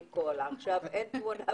אנחנו משערים שככל שהזמן יתקדם המצוקה רק